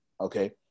okay